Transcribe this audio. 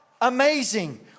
amazing